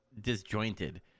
disjointed